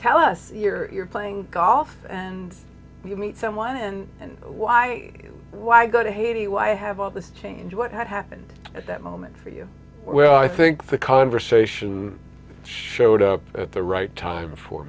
tell us you're playing golf and you meet someone and and why why go to haiti why have all this change what had happened at that moment for you well i think the conversation showed up at the right time for